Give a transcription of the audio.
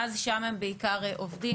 ואז שם הם בעיקר עובדים.